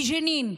בג'נין.